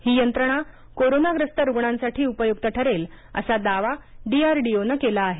ही यंत्रणा कोरोनाग्रस्त रुग्णांसाठी उपयुक्त ठरेल असा दावा डीआरडीओने केला आहे